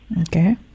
okay